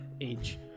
age